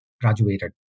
graduated